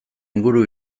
inguru